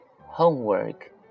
Homework